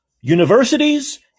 universities